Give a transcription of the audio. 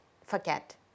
forget